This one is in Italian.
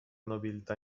nobiltà